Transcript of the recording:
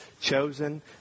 chosen